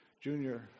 Junior